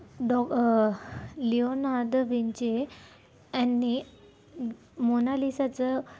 डॉ Leonardo Vinci यांनी मोनालिसाचं